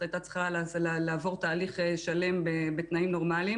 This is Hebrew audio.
הייתה צריכה לעבור תהליך שלם בתנאים נורמליים